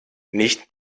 nicht